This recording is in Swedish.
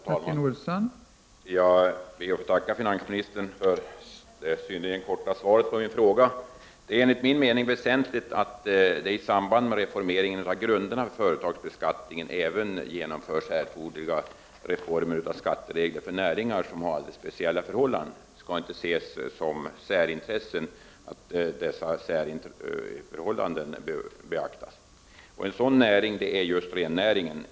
Fru talman! Jag ber att få tacka finansministern för det synnerligen korta svaret på min fråga. Det är enligt min mening väsentligt att det i samband med reformeringen av grunderna för företagsbeskattningen även genomförs erforderliga reformer av skattereglerna för näringar som har alldeles speciella förhållanden. De skall inte ses som särintressen, utan förhållandena bör beaktas. En sådan näring är just rennäringen.